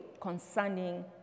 concerning